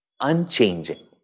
unchanging